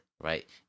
Right